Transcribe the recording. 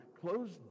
closed